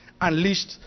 unleashed